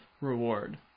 reward